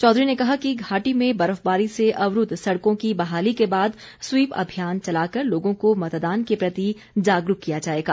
चौधरी ने कहा घाटी में बर्फबारी से अवरूद्व सड़कों की बहाली के बाद स्वीप अभियान चला कर लोगों को मतदान के प्रति जागरूक किया जाएगा